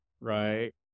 right